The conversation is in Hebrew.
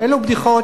אלה בדיחות